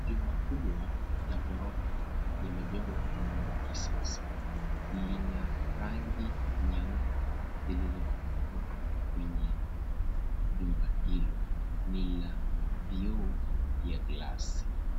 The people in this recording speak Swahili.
Jumba kubwa la ghorofa limejengwa kwa muundo wa kisasa, lina rangi nyeupe iliyopakwa kwenye jumba hilo ni la vioo vya glasi.